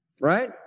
Right